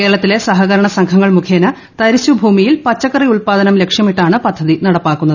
കേരളത്തിലെ സഹകരണ സംഘങ്ങൾ മുഖേന തരിശു ഭൂമിയൽ പച്ചക്കറി ഉത്പാദനം ലക്ഷമിട്ടാണ് പദ്ധതി നടപ്പാക്കുന്നത്